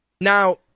Now